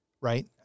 Right